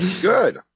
good